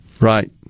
Right